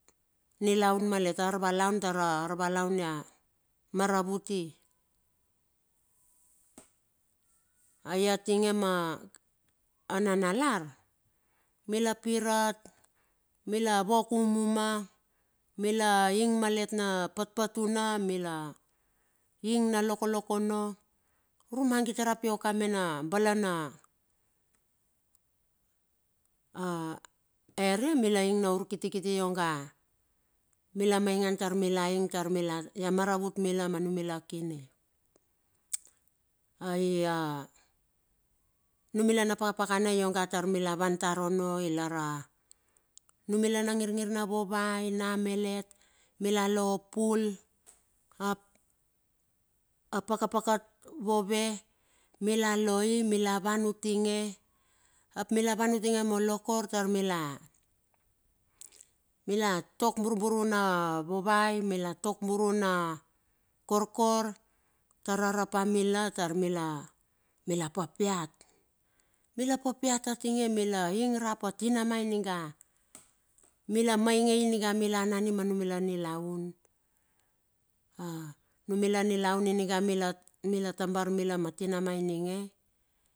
Nilaun malet tara arvalaun ia maravuti. Ai atinge ma nanalar, mila pirat, mila wok umuma, mila ing malet na patpatuna, mila ing na lokolokono urmangit rap ioka mena balana eria mila ing naa urkitikiti onga mila maingan tar mila ing tar ia maravut mila manu mila kine. Aii anumila na pakapakana ionga tar mila wan tar ono lar anumila na ngirngir na wovai na melet mila lo pul, apaka pakat wowe mila loi. Mila wan utinge, ap mila van utinge molokor tar mila, mila tok burburu na wowai, mila tok buru na korkor tar ara pa mila tar mila papiat. Mila papiat atinge mila ing rap atinama ininga mila maingei ininga mila anani manumila nilaun, numila nilaun ininga mila tambar mila ma tinama ininge.